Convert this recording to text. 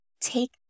take